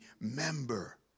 member